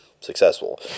successful